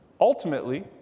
ultimately